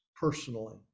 personally